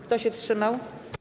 Kto się wstrzymał?